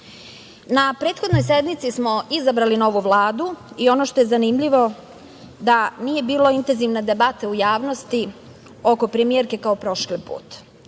na prethodnoj sednici smo izabrali novu Vladu i ono što je zanimljivo da nije bio intenzivna debate u javnosti oko premijerke kao prošli put. Oni